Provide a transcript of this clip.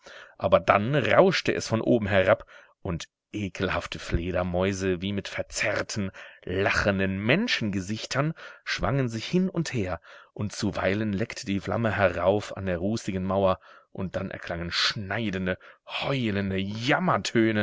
aber dann rauschte es von oben herab und ekelhafte fledermäuse wie mit verzerrten lachenden menschengesichtern schwangen sich hin und her und zuweilen leckte die flamme herauf an der rußigen mauer und dann erklangen schneidende heulende